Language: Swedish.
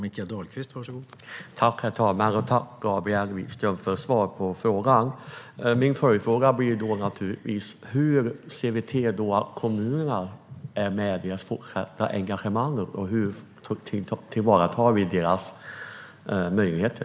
Herr talman! Tack, Gabriel Wikström, för svar på frågan! Min följdfråga blir naturligtvis: Hur kan vi se till att kommunerna fortsätter att engagera sig i frågan, och hur tillvaratar vi deras möjligheter?